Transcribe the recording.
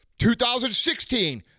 2016